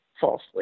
falsely